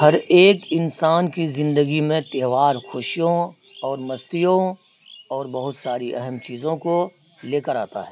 ہر ایک انسان کی زندگی میں تہوار خوشیوں اور مستیوں اور بہت ساری اہم چیزوں کو لے کر آتا ہے